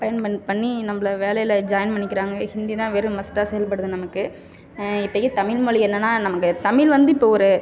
பயணம் பண் பண்ணி நம்மள வேலையில் ஜாய்ன் பண்ணிக்கிறாங்க ஹிந்தி தான் வெரி மஸ்ட்டாக செயல்படுது நமக்கு இப்போக்கி தமிழ் மொழி என்னனால் நமக்குத் தமிழ் வந்து இப்போ ஒரு